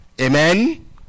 amen